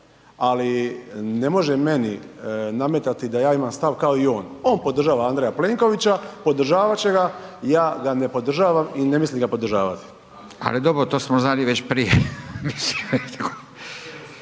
ali ne može meni nametati da ja imam stav kao i on, on podržava Andreja Plenkovića, podržavat će ga, ja ga ne podržavam i ne mislim ga podržavati. **Radin, Furio (Nezavisni)**